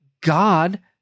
God